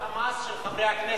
ממה אתה מפחד?